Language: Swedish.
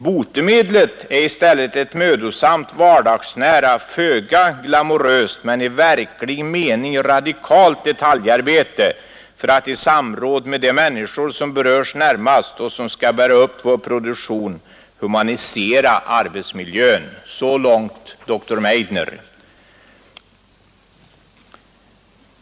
Botemedlet är i stället ett mödosamt, vardagsnära, föga glamoröst men i verklig mening radikalt detaljarbete för att i samråd med de människor som berörs närmast och som skall bära upp vår produktion humanisera arbetsmiljön.” Så långt dr Meidner.